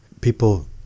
people